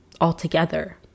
altogether